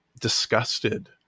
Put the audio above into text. disgusted